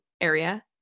area